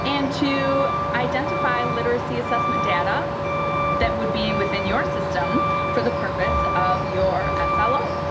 and to identify literacy assessment data that would be within your system for the purpose of your ah slo.